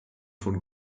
von